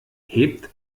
hebt